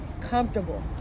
comfortable